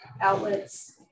outlets